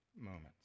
moments